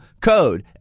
code